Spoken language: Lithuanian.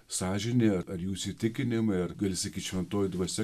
sąžinė ar ar jų įsitikinimai ar gali sakyt šventoji dvasia